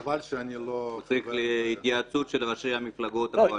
הוא צריך התייעצות של ראשי מפלגות הקואליציה.